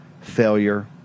failure